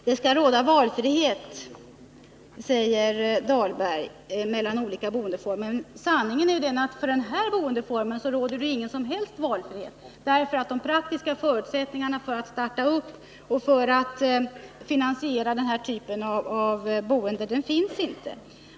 Herr talman! Det skall råda valfrihet mellan olika boendeformer, säger Rolf Dahlberg. Sanningen är den att för den här boendeformen råder ingen som helst valfrihet. De praktiska förutsättningarna för finansiering och för att starta byggande av den här typen av bostäder finns inte.